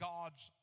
God's